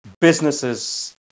businesses